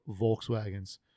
Volkswagens